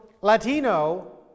Latino